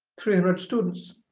three hundred students,